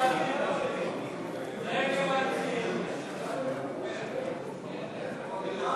אי-אמון בממשלה לא נתקבלה.